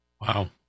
Wow